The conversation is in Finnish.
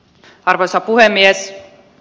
arvoisa puhemies